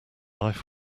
life